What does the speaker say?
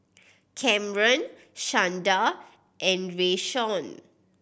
Kamron Shanda and Rayshawn